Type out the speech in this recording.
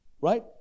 right